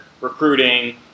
recruiting –